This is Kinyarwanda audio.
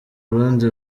rundi